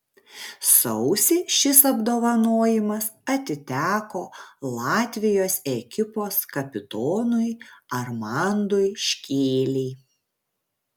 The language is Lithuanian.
sausį šis apdovanojimas atiteko latvijos ekipos kapitonui armandui škėlei